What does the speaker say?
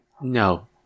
no